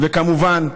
וכמובן,